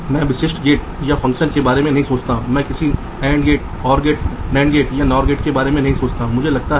तो वहाँ VDD net आप देख सकते हैं और ग्राउंड नेट दूसरी तरफ से आ रहा है